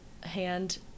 hand